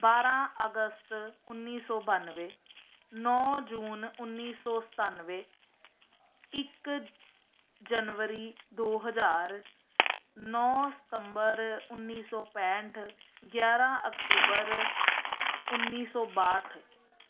ਬਾਰਾਂ ਅਗਸਤ ਉੱਨੀ ਸੌ ਬਾਨਵੇਂ ਨੌਂ ਜੂਨ ਉੱਨੀ ਸੌ ਸਤਾਨਵੇਂ ਇਕ ਜਨਵਰੀ ਦੋ ਹਜ਼ਾਰ ਨੌਂ ਸਤੰਬਰ ਉੱਨੀ ਸੌ ਪੈਂਹਠ ਗਿਆਰਾਂ ਅਕਤੂਬਰ ਉੱਨੀ ਸੌ ਬਾਹਠ